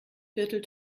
viertel